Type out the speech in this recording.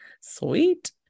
sweet